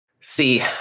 See